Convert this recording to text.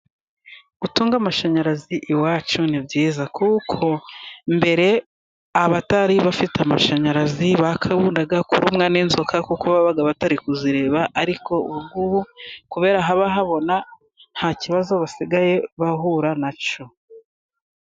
Gutunga amashanyarazi iwacu ni byiza, kuko mbere abatari bafite amashanyarazi bakundaga kurumwa n'inzoka kuko babaga batari kuzireba, ariko ubu ngubu kuberako haba habona nta kibazo basigaye bahura na cyo.